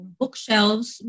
bookshelves